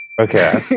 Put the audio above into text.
Okay